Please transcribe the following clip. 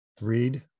read